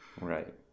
Right